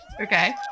okay